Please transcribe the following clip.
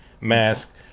Mask